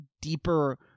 deeper